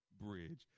Bridge